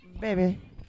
Baby